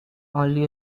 only